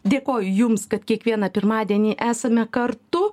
dėkoju jums kad kiekvieną pirmadienį esame kartu